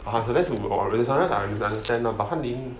(uh huh) celeste I can understand lah but 翰林